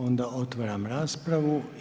Onda otvaram raspravu.